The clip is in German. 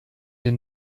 den